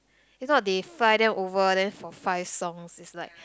if not they fly them over then for five songs is like